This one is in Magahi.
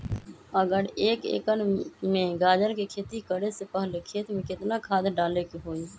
अगर एक एकर में गाजर के खेती करे से पहले खेत में केतना खाद्य डाले के होई?